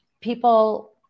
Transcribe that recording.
people